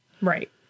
Right